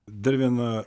dar viena